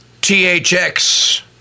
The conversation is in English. THX